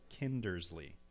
Kindersley